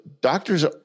doctors